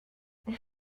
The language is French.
nous